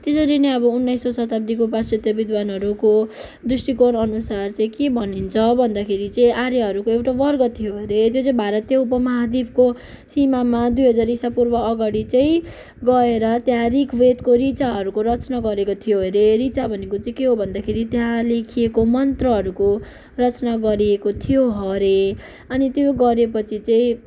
त्यसरी नै अब उन्नाइसौँ शताब्दीको पाश्चात्य विद्वानहरूको दृष्टिकोण अनुसार चाहिँ के भनिन्छ भन्दाखेरि चाहिँ आर्यहरूको एउटा वर्ग थियो अरे जुन चाहिँ भारतीय उपमहाद्विपको सिमामा दुई हजार ईसा पूर्व अगाडि चाहिँ गएर त्यहाँ ऋग वेदको ऋचाहरूको रचना गरेको थियो अरे ऋचा भनेको चाहिँ के हो भन्दाखेरि त्यहाँ लेखिएको मन्त्रहरूको रचना गरिएको थियो अरे अनि त्यो गरेपछि चाहिँ